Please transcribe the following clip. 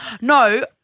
no